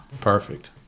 Perfect